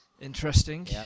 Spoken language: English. Interesting